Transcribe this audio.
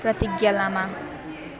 प्रतिज्ञा लामा